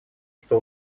что